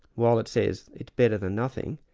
while it says it's better than nothing,